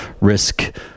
Risk